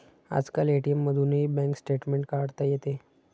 आजकाल ए.टी.एम मधूनही bank statement काढता येते